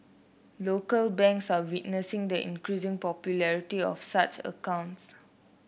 local banks are witnessing the increasing popularity of such accounts